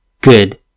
good